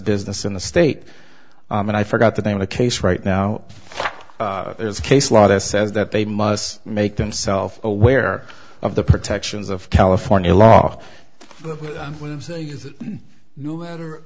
business in the state and i forgot the name of the case right now there's case law that says that they must make themself aware of the protections of california law